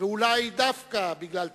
ואולי דווקא בגלל תפקידי,